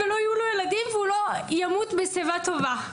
לא יהיו לו ילדים והוא לא ימות בשיבה טובה.